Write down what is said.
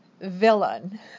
villain